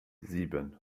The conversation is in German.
sieben